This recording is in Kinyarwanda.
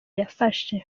yafashe